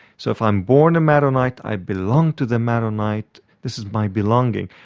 so if i'm born a maronite, i belong to the maronite, this is my belonging.